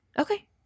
Okay